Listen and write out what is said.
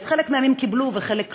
אז חלק מהימים קיבלו וחלק לא.